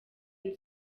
inzu